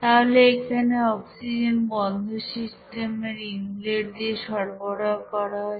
তাহলে এখানে অক্সিজেন বন্ধ সিস্টেমের ইনলেট দিয়ে সরবরাহ করা হচ্ছে